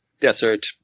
desert